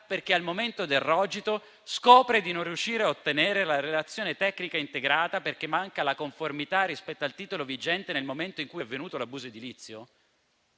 perché, al momento del rogito, scopre di non riuscire a ottenere la relazione tecnica integrata perché manca la conformità rispetto al titolo vigente nel momento in cui è avvenuto l'abuso edilizio?